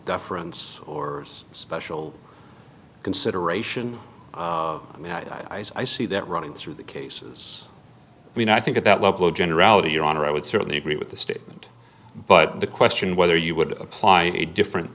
deference or special consideration i see that running through the cases i mean i think at that level of generality your honor i would certainly agree with the statement but the question whether you would apply a different